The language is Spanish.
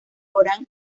corán